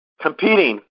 competing